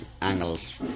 angles